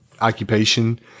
occupation